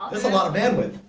that's a lot of bandwidth.